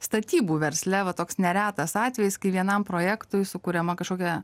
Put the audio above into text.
statybų versle va toks neretas atvejis kai vienam projektui sukuriama kažkokia